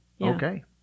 Okay